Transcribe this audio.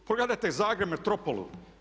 Pogledajte Zagreb, metropolu.